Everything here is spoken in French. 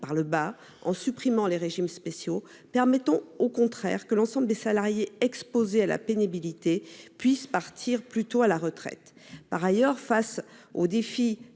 par le bas, en supprimant les régimes spéciaux. Permettons au contraire que l'ensemble des salariés exposés à la pénibilité puissent partir plus tôt à la retraite. Par ailleurs, face aux défis